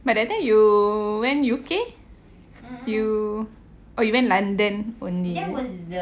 but that time you went U_K you oh you went london only